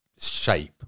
shape